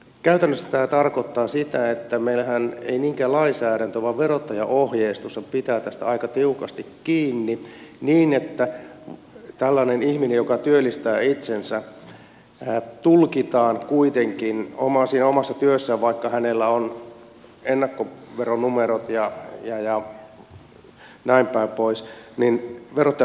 käytännössä tämä tarkoittaa sitä että meillähän on ei niinkään lainsäädäntö vaan verottajan ohjeistushan pitää tästä aika tiukasti kiinni niin että tällainen ihminen joka työllistää itsensä tulkitaan verottaja tulkitsee kuitenkin siinä omassa työssään vaikka hänellä on ennakkoveronumerot ja näinpäin pois työntekijäksi ja tämä työllistäminen vaikeutuu